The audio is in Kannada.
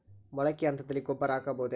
ಮೊಳಕೆ ಹಂತದಲ್ಲಿ ಗೊಬ್ಬರ ಹಾಕಬಹುದೇ?